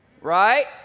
Right